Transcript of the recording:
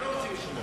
הם לא רוצים לשמוע.